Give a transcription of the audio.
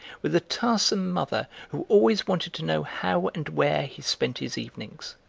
with a tiresome mother who always wanted to know how and where he spent his evenings.